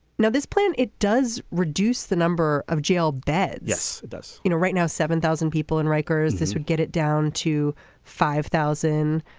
now this plan it does reduce the number of jail beds. yes it does. you know right now seven thousand people in rikers this would get it down to five thousand.